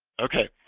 okay,